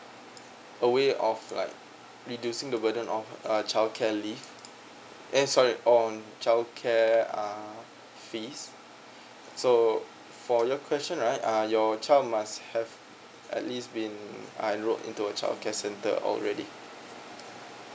away of like reducing the burden of err childcare leave eh sorry on childcare uh fees so for your question right uh your child must have at least been enrolled into a childcare center already